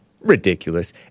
Ridiculous